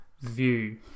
view